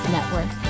Network